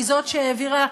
היא שהעבירה,